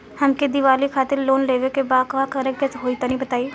हमके दीवाली खातिर लोन लेवे के बा का करे के होई तनि बताई?